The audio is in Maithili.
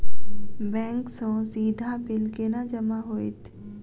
बैंक सँ सीधा बिल केना जमा होइत?